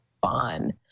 fun